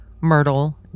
Myrtle